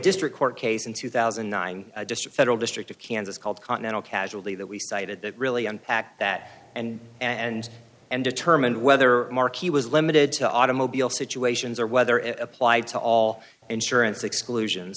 district court case in two thousand and nine just federal district of kansas called continental casually that we cited that really an act that and and and determined whether markey was limited to automobile situations or whether it applied to all insurance exclusion